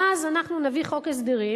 ואז אנחנו נביא חוק הסדרים,